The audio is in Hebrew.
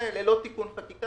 זה ללא תיקון חקיקה.